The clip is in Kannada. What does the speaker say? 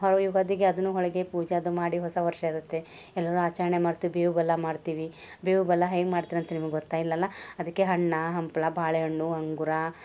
ಯುಗಾದಿಗೆ ಅದನ್ನು ಹೋಳಿಗೆ ಪೂಜೆ ಅದು ಮಾಡಿ ಹೊಸ ವರ್ಷ ಇರುತ್ತೆ ಎಲ್ಲರೂ ಆಚರಣೆ ಮಾಡ್ತೀವಿ ಬೇವು ಬೆಲ್ಲ ಮಾಡ್ತೀವಿ ಬೇವು ಬೆಲ್ಲ ಹೆಂಗೆ ಮಾಡ್ತೀನಿ ಅಂತ ನಿಮ್ಗೆ ಗೊತ್ತಾ ಇಲ್ಲಲ್ಲ ಅದಕ್ಕೆ ಹಣ್ಣ ಹಂಪ್ಲು ಬಾಳೆಹಣ್ಣು ಅಂಗೂರ